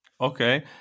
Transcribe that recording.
Okay